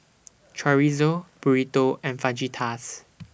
Chorizo Burrito and Fajitas